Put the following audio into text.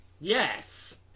Yes